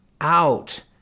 out